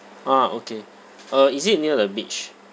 ah okay uh is it near the beach